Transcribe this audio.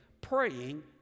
praying